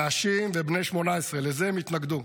נשים ובני 18. לזה הם התנגדו.